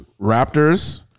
raptors